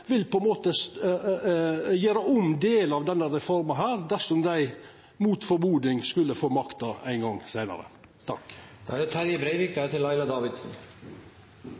vil gjera om delar av denne reforma dersom dei – mot det ein skulle venta seg – skulle få makta ein gong seinare.